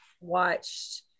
watched